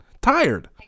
Tired